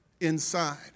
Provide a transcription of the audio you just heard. inside